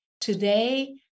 today